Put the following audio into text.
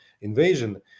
invasion